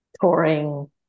touring